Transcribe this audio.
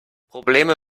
probleme